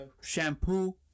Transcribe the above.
shampoo